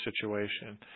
situation